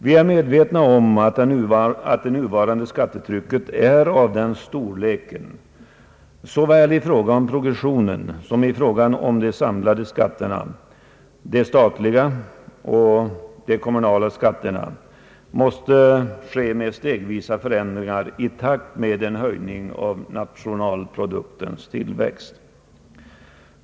Vi är medvetna om att det nuvarande skattetrycket såväl i fråga om progressionen som i fråga om de samlade skatterna — de statliga och kommunala skatterna — har förändrats stegvis i takt med nationalproduktens tillväxt.